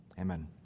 amen